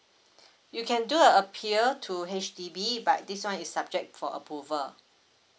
you can do a appeal to H_D_B but this one is subject to approval